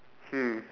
mm